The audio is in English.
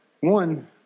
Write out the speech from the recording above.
one